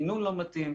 מינון לא מתאים,